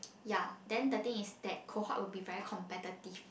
ya then the thing is that cohort will be very competitive